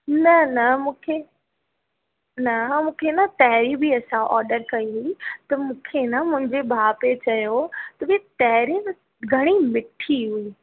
न न मूंखे न मूंखे न तांहिरी बि असां ऑडर कई हुई त मूंखे न मुंहिंजे भाउ पे चयो त भई तांहिरी घणेई मिठी हुई